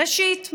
ראשית,